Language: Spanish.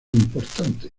importante